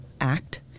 ACT